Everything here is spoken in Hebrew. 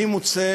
אני מוצא